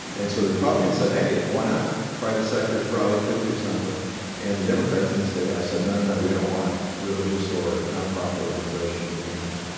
and so the republicans said, hey, why not? private sector probably could do something and the democrats in the state house said, no, no, no, we don't want religious or nonprofit organizations doing that,